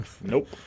Nope